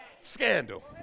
Scandal